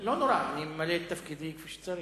לא נורא, אני ממלא את תפקידי כפי שצריך.